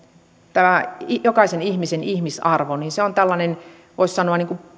jokaisen ihmisen ihmisarvo on tällainen voisi sanoa